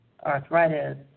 arthritis